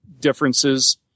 differences